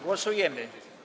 Głosujemy.